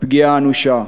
פגיעה אנושה.